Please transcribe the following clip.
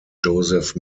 joseph